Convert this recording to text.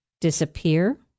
disappear